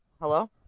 Hello